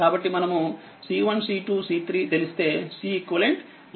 తెలిస్తేCeqలెక్కించవచ్చు